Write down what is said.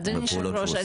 אדוני היושב ראש,